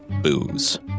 booze